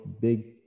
big